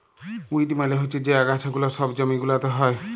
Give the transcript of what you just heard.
weed মালে হচ্যে যে আগাছা গুলা সব জমি গুলাতে হ্যয়